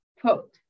quote